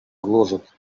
гложет